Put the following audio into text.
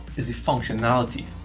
is the functionality.